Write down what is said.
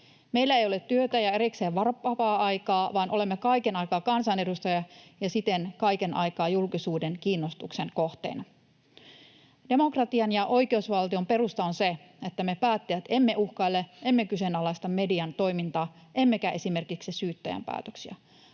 Meillä ei ole erikseen työtä ja vapaa-aikaa, vaan olemme kaiken aikaa kansanedustajia ja siten kaiken aikaa julkisuuden kiinnostuksen kohteina. Demokratian ja oikeusvaltion perusta on se, että me päättäjät emme uhkaile, emme kyseenalaista median toimintaa emmekä esimerkiksi syyttäjän päätöksiä.